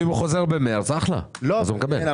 אם הוא חוזר במרץ אז אחלה, הוא מקבל.